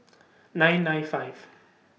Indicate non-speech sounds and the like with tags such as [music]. [noise] nine nine five [noise]